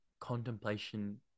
contemplation